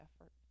effort